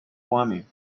warming